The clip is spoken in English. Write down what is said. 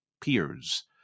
peers